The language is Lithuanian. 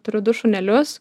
turiu du šunelius